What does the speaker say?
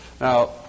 Now